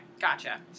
gotcha